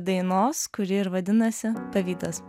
dainos kuri ir vadinasi pavydas